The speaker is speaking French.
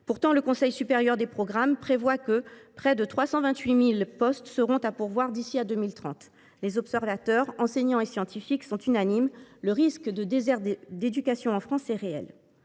Pourtant, le Conseil supérieur des programmes prévoit que près de 328 000 postes seront à pourvoir d’ici à 2030. Les observateurs – enseignants et scientifiques – sont unanimes : le risque d’apparition de déserts d’éducation en France est réel.